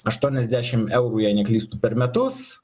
aštuoniasdešimt eurų jei neklystu per metus